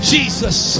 Jesus